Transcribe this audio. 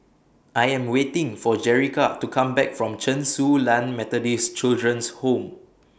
I Am waiting For Jerica to Come Back from Chen Su Lan Methodist Children's Home